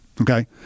Okay